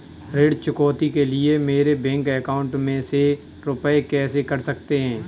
ऋण चुकौती के लिए मेरे बैंक अकाउंट में से रुपए कैसे कट सकते हैं?